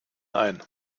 ein